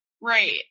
Right